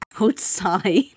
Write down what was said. outside